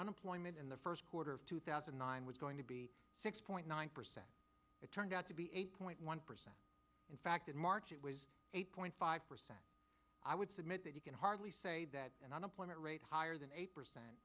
unemployment in the first quarter of two thousand and nine was going to be six point nine percent it turned out to be eight point one percent in fact in march it was eight point five percent i would submit that you can hardly say that an unemployment rate higher than eight percent